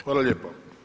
Hvala lijepo.